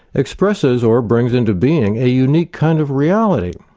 expresses or bring into being a unique kind of reality,